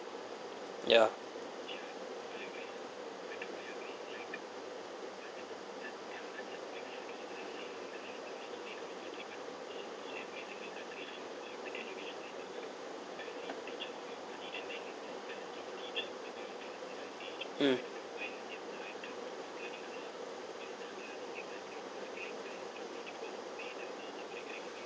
ya mm